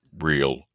real